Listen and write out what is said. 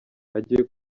agiye